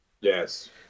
yes